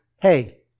hey